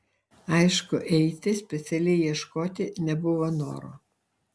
aišku eiti specialiai ieškoti nebuvo noro